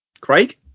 Craig